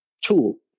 tool